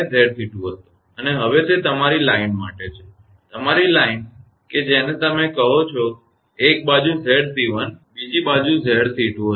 𝑍𝑐2 હતો અને હવે તે તમારી લાઇન માટે છે તમારી લાઇન કે જેને તમે કહો છો એક બાજુ 𝑍𝑐1 બીજી બાજુ 𝑍𝑐2 હતી